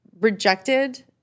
rejected